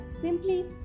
simply